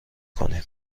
کنیم